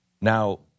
Now